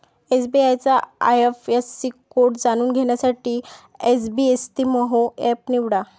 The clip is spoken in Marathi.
एस.बी.आय चा आय.एफ.एस.सी कोड जाणून घेण्यासाठी एसबइस्तेमहो एप निवडा